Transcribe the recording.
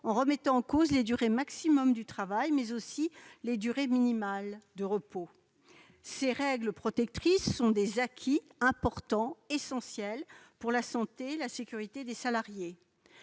en remettant en cause les durées maximales de travail ainsi que les durées minimales de repos. Ces règles protectrices sont des acquis importants, essentiels pour la santé et la sécurité des salariés.